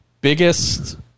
biggest